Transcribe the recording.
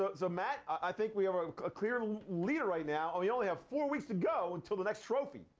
but so matt, i think we have a clear leader right now. we only have four weeks to go until the next trophy.